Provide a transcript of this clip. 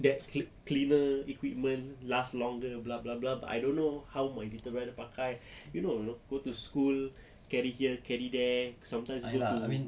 that clea~ cleaner equipment last longer blah blah blah but I don't know how my little brother pakai you know go to school carry here carry there sometimes go to